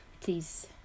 please